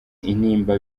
intimba